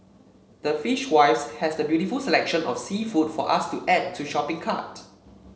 the Fishwives has the beautiful selection of seafood for us to add to shopping cart